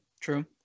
true